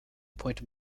appoint